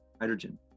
hydrogen